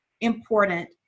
important